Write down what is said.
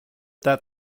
that